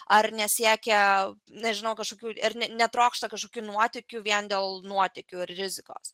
ar nesiekia gal nežino kažkokių ir netrokšta kažkokių nuotykių vien dėl nuotykių ir rizikos